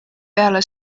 peale